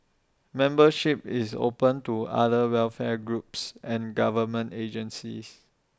membership is open to other welfare groups and government agencies